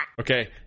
Okay